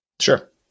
Sure